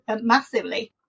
massively